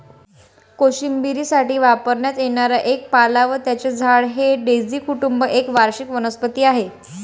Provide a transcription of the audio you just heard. कोशिंबिरीसाठी वापरण्यात येणारा एक पाला व त्याचे झाड हे डेझी कुटुंब एक वार्षिक वनस्पती आहे